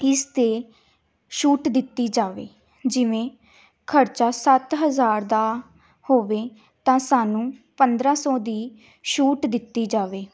ਇਸ 'ਤੇ ਛੂਟ ਦਿੱਤੀ ਜਾਵੇ ਜਿਵੇਂ ਖਰਚਾ ਸੱਤ ਹਜ਼ਾਰ ਦਾ ਹੋਵੇ ਤਾਂ ਸਾਨੂੰ ਪੰਦਰ੍ਹਾਂ ਸੌ ਦੀ ਛੂਟ ਦਿੱਤੀ ਜਾਵੇ